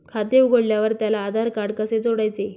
खाते उघडल्यावर त्याला आधारकार्ड कसे जोडायचे?